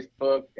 facebook